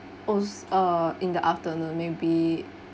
als~ uh in the afternoon maybe